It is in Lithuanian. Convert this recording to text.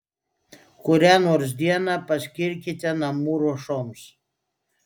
kurią nors dieną paskirkite namų ruošoms